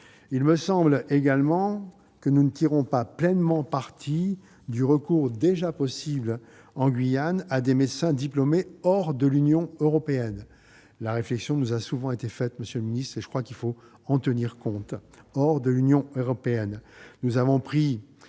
Il me semble également que nous ne tirons pas pleinement parti du recours, déjà possible en Guyane, à des médecins diplômés hors de l'Union européenne ; la réflexion nous a souvent été faite, monsieur le secrétaire d'État, et je crois qu'il faut en tenir compte.